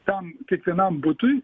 tam kiekvienam butui